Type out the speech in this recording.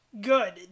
good